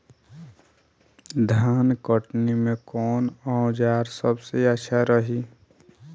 धान कटनी मे कौन औज़ार सबसे अच्छा रही?